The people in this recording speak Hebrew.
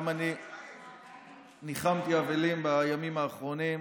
גם אני ניחמתי אבלים בימים האחרונים,